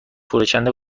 فروشنده